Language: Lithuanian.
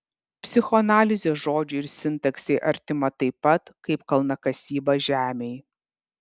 psichoanalizė žodžiui ir sintaksei artima taip pat kaip kalnakasyba žemei